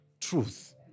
truth